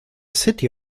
city